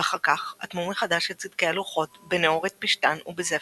אחר כך אטמו מחדש את סדקי הלוחות בנעורת פשתן ובזפת,